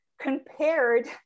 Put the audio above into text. compared